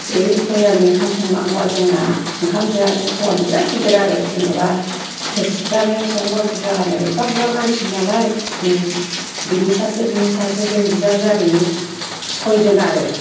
बे फरियालनि ओंखाम संनांगौवा जोंना ओंखाम दोआनो थौवानो बिराथ गिदिर आरो जेन'बा थोरसिफ्रानो बेसेबां बुरजा आरो एफा बुरजा मानसिनि नालाय दिनै बिनि सासे बिनि सासे जों बिजावजालि सयजन आरो